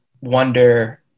wonder